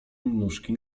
nóżki